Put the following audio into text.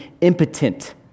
impotent